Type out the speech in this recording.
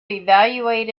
evaluate